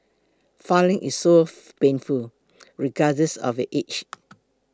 filling is so painful regardless of your age